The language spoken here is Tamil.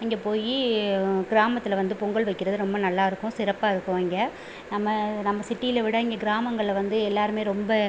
அங்கே போய் கிராமத்தில் வந்து பொங்கல் வைக்கிறது ரொம்ப நல்லாருக்கும் சிறப்பாருக்கும் அங்கே நம்ம நம்ம சிட்டில விட இங்கே கிராமங்கள்ல வந்து எல்லாருமே ரொம்ப